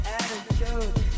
attitude